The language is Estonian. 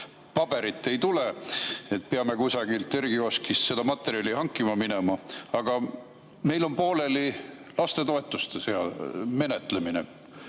paberit ei tule, peame kusagilt R-kioskist seda materjali hankima minema. Aga meil on pooleli lastetoetuste menetlemine,